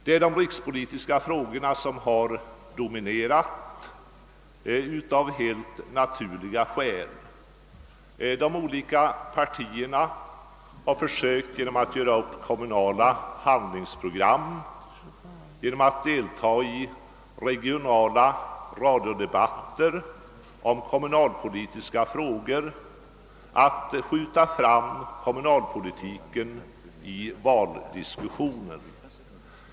Det är de rikspolitiska frågorna som av helt naturliga skäl har dominerat. De olika partierna har försökt att genom att presentera kommunala handlingsprogram och delta i regionala radiodebatter om kommunalpolitiska frågor skjuta fram kommunalpolitiken i valdiskussionen.